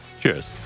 Cheers